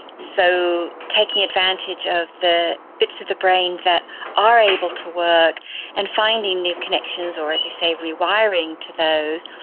so taking advantage of the bits of the brain that are able to work and finding new connections or, as you say, rewiring to those,